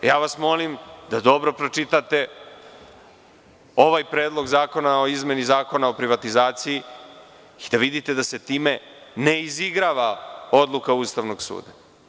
Molim vas da dobro pročitate ovaj predlog zakona o izmeni Zakona o privatizaciji i da vidite da se time ne izigrava odluka Ustavnog suda.